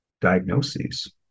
diagnoses